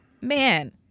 man